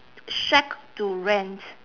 shack to rent